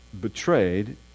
betrayed